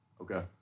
Okay